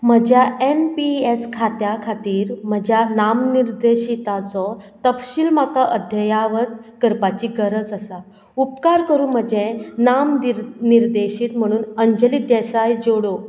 म्हज्या N P S खात्या खातीर म्हज्या नाम निर्देशीताचो तपशील म्हाका अध्यावत करपाची गरज आसा उपकार करून म्हजें नाम निर निर्देशीत म्हणून अंजली देसाय जोडो